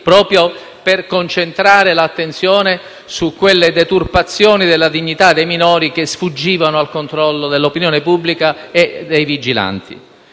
proprio per concentrare l'attenzione su quelle deturpazioni della dignità dei minori che sfuggivano al controllo dell'opinione pubblica e dei vigilanti.